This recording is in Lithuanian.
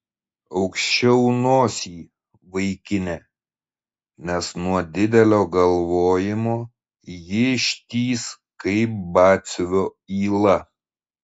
aukščiau nosį vaikine nes nuo didelio galvojimo ji ištįs kaip batsiuvio yla